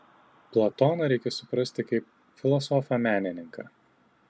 platoną reikia suprasti kaip filosofą menininką